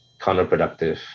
counterproductive